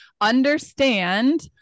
understand